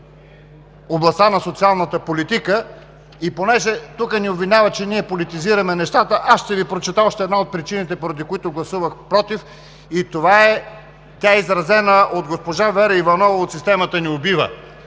областта на социалната политика. И понеже тук ни обвиняват, че ние политизираме нещата, аз ще Ви прочета още една от причините, поради които гласувах „против“ и тя е изразена от госпожа Вера Иванова от „Системата ни убива“,